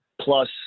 plus